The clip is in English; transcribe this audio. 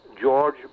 George